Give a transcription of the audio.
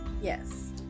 Yes